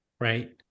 right